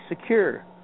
secure